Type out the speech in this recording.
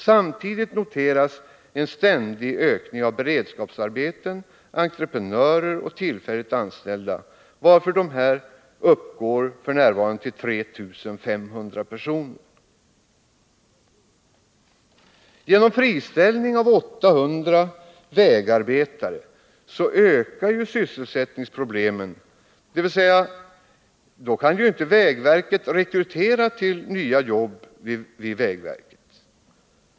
Samtidigt noteras en ständig ökning av beredskapsarbeten, entreprenörer och tillfälligt anställda, varför dessa f. n. uppgår till 3 500 personer. Genom friställning av 800 vägarbetare ökar sysselsättningsproblemen, dvs. rekryteringen till nya jobb vid vägverket minskar.